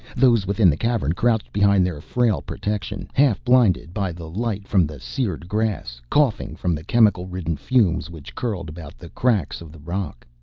those within the cavern crouched behind their frail protection, half blinded by the light from the seared grass, coughing from the chemical-ridden fumes which curled about the cracks of the rock.